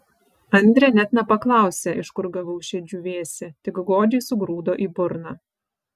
andrė net nepaklausė iš kur gavau šį džiūvėsį tik godžiai sugrūdo į burną